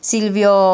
Silvio